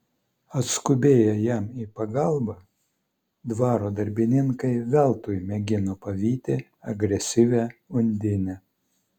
atskubėję jam į pagalbą dvaro darbininkai veltui mėgino pavyti agresyvią undinę